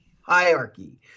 hierarchy